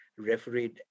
refereed